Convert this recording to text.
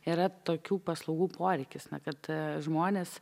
yra tokių paslaugų poreikis na kad žmonės